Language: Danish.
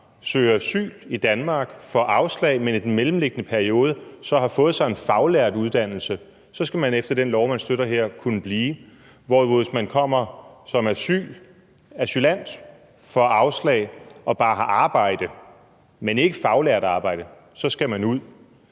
søger asyl i Danmark og får afslag, men i den mellemliggende periode så har fået sig en faglært uddannelse, så skal kunne blive – det skal man efter det lovforslag, der her støttes – hvorimod man, hvis man kommer som asylant, får afslag og har arbejde, men bare ikke faglært arbejde, så skal ud?